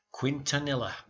Quintanilla